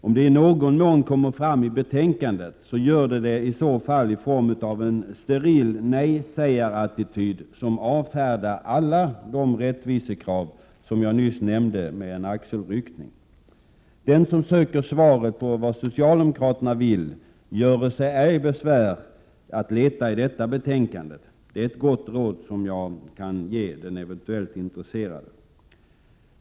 Om det i någon mån kommer fram i betänkandet, är det i form av en steril nejsägarattityd, där alla de rättvisekrav som jag nyss nämnde avfärdas med en axelryckning. Den som söker svaret på vad socialdemokraterna vill göre sig ej besvär att leta i detta betänkande — det är ett gott råd som jag kan ge den eventuellt intresserade.